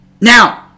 now